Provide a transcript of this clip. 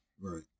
Right